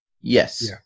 Yes